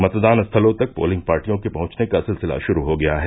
मतदान स्थलों तक पोलिंग पार्टियों के पहुंचने का सिलसिला शुरू हो गया है